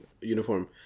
uniform